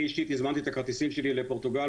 אני אישית הזמנתי את הכרטיסים שלי לפורטוגל